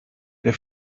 der